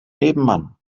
nebenmann